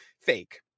fake